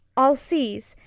i'll seize,